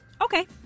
Okay